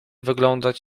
wyglądać